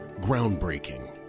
Groundbreaking